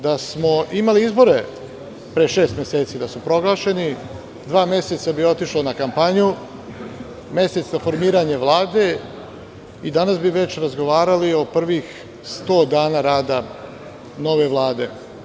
Da smo imali izbore pre šest meseci, da su proglašeni, dva meseca bi otišlo na kampanju, mesec na formiranje Vlade i danas bi već razgovarali o prvih 100 dana rada nove Vlade.